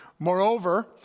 Moreover